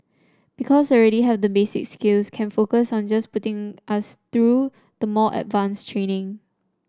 because already have the basic skills can focus on just putting us through the more advanced training